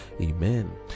amen